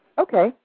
Okay